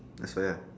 that's why ah